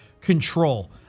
control